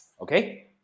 Okay